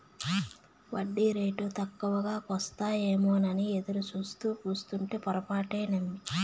ఒడ్డీరేటు తక్కువకొస్తాయేమోనని ఎదురుసూత్తూ కూసుంటే పొరపాటే నమ్మి